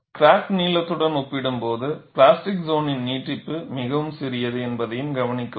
crack நீளத்துடன் ஒப்பிடும்போது plastic சோனின் நீட்டிப்பு மிகவும் சிறியது என்பதையும் கவனிக்கவும்